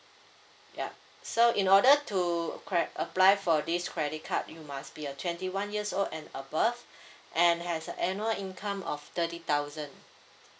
yup so in order to cre~ apply for this credit card you must be a twenty one years old and above and has a annual income of thirty thousand